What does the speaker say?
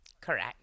Correct